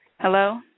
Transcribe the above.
Hello